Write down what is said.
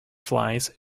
flies